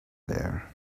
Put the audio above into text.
there